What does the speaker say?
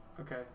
Okay